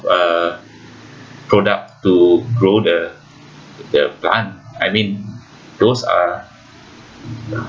uh product to grow the the plant I mean those are